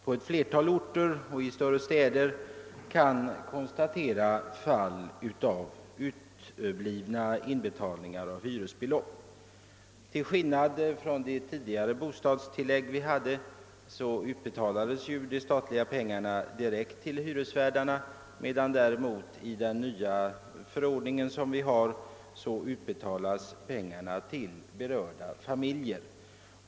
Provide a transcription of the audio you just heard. På flera orter och framför allt i storstäderna har hyresvärdarna kunnat konstatera flera fall av uteblivna inbetalningar av hyresbelopp. Det tidigare familjebostadsbidraget utbetalades direkt till hyresvärdarna, medan enligt den nya förordningen pengarna utbetalas till berörda familjer.